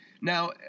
Now